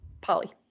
Polly